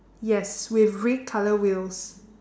yes with red colour wheels